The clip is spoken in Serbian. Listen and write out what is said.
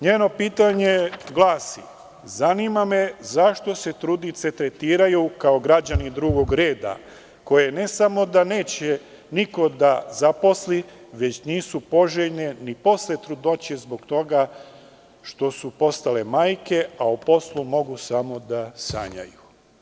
Njeno pitanje glasi – zanima me zašto se trudnice tretiraju kao građani drugog reda, koje ne samo da neće niko da zaposli, već nisu poželjne ni posle trudnoće zbog toga što su postale majke, a o poslu mogu samo da sanjaju?